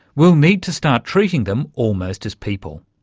we'll need to start treating them almost as people,